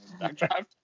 backdraft